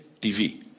TV